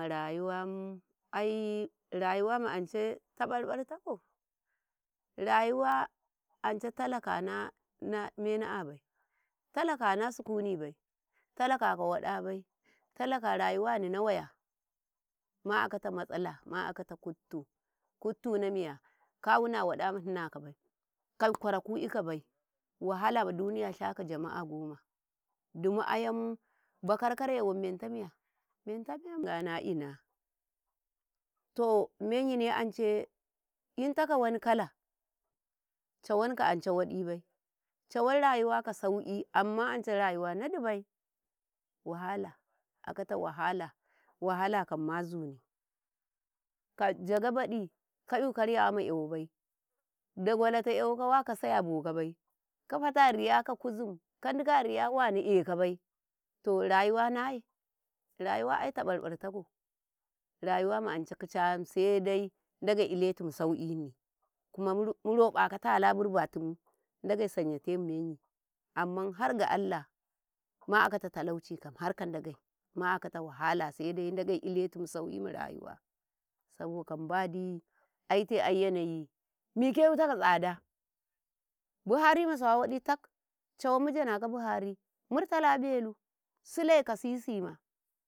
﻿A rayuwa ai rayuwa ma anca taƃarƃar takau rayuwa anca talakana na mena'abai talaka na sukunibai, talaka ka waɗabai, talaka rayuwani na waya ma'akata matsala, ma'ataka kuttu, kuttu na miya ka wuna waɗa ma Nninakabai kai ƙwaraku ikabai wahalama duniya shaka jama'ah goma dum ayam bakar-kare wan menta miya, menta me miya ni ina to menyi ance yintakau wani kala cawan ka anca waɗibai, cawan rayuwa ka sauki amma anca rayuwa nadibai wahala akata wahala, wahakam mazuni ka jaga baɗi ka'yu karyawa ma”yawabai dagwalo ta 'yawowka wa kasai abokabai kafata ariya ka kuzimka dikau a riya wano ekabai toh rayuwa naye rayuwa ai taƃarƃar takau rayuwam anca kicay'an saidai Ndagei iletum saukinih kuma kuma murobaka tala burbatum Ndage sanya taimu menyi amman harga Allah ma'akata talaucikam harka Ndagei ma'akata wahala saidai Ndagei iletum saukima rayuwa saboka Nbadi aite aiyanayii mike itaka tsada Baharima sawa waɗi tak cawan mujanaka buhari murtala belu sile ka siisima.